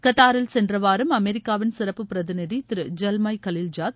கத்தாரில் சென்ற வாரம் அமெரிக்காவின் சிறப்பு பிரதிநிதி திரு ஜல்மாய் கலில்ஜாத்